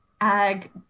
ag